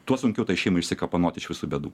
tuo sunkiau tai šeimai išsikapanot iš visų bėdų